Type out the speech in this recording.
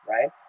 right